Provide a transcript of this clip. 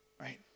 Right